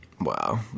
Wow